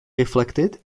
reflected